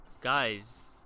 Guys